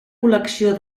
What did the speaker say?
col·lecció